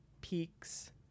peaks